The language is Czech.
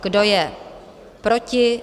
Kdo je proti?